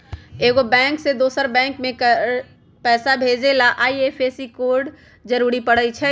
एगो बैंक से दोसर बैंक मे पैसा भेजे ला आई.एफ.एस.सी कोड जरूरी परई छई